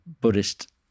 Buddhist